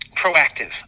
proactive